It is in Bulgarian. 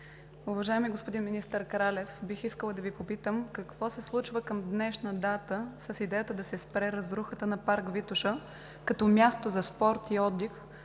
Уважаеми господин министър Кралев, бих искала да Ви попитам какво се случва към днешна дата с идеята да се спре разрухата на Парк „Витоша“ като място за спорт и отдих,